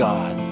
God